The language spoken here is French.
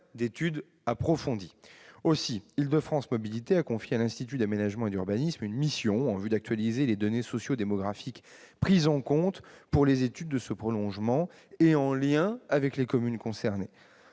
d'études approfondies. Île-de-France Mobilités a donc confié à l'Institut d'aménagement et d'urbanisme une mission en vue d'actualiser les données sociodémographiques prises en compte pour les études de ce prolongement, en lien avec les communes concernées.